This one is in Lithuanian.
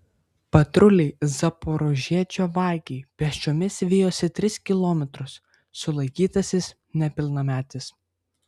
patruliai zaporožiečio vagį pėsčiomis vijosi tris kilometrus sulaikytasis nepilnametis